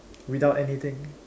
without anything